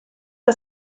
que